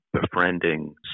befriending